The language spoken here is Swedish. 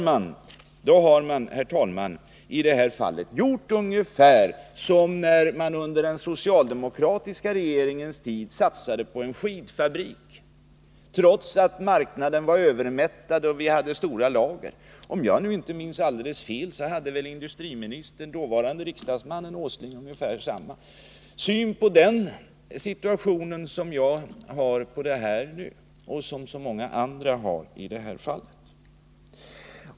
Man har, herr talman, i detta fall gjort ungefär som då det under den socialdemokratiska regeringens tid satsades på en skidfabrik, trots att marknaden var övermättad och det fanns stora lager. Om jag inte minns alldeles fel hade industriministern, dåvarande riksdagsmannen Nils Åsling, ungefär samma syn på den situationen som jag nu har och som så många andra har i det här fallet.